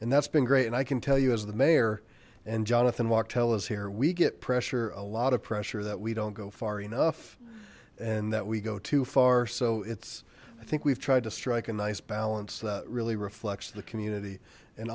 and that's been great and i can tell you as the mayor and jonathan wachtel is here we get pressure a lot of pressure that we don't go far enough and that we go too far so it's i think we've tried to strike a nice balance that really reflects the community and